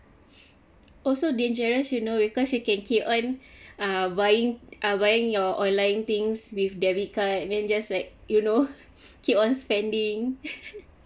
also dangerous you know because you can keep on ah buying uh buying your online things with debit card then just like you know keep on spending